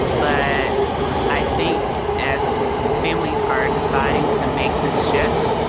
but i think as families are deciding to make this shift,